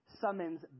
summons